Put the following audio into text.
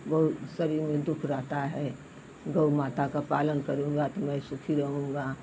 बहुत शरीर में दुख रहता है गौ माता का पालन करूंगा तो मैं सुखी रहूँगा